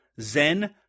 zen